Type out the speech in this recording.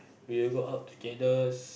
we will go out togethers